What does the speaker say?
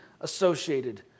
associated